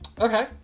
Okay